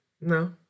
no